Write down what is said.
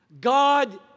God